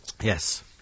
Yes